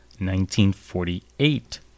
1948